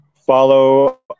follow